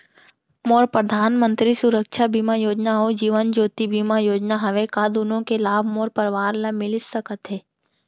मोर परधानमंतरी सुरक्षा बीमा योजना अऊ जीवन ज्योति बीमा योजना हवे, का दूनो के लाभ मोर परवार ल मिलिस सकत हे?